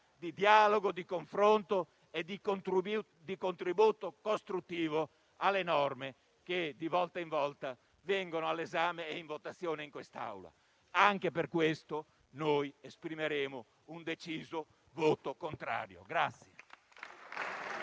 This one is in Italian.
di dialogo, di confronto e di contributo costruttivo alle norme che, di volta in volta, vengono sottoposte all'esame e alla votazione dell'Assemblea. Anche per questo motivo esprimeremo un deciso voto contrario.